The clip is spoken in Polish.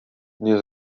nie